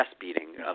beating